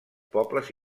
pobles